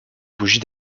bougies